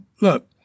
look